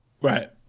Right